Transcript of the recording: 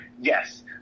yes